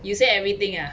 you say everything ah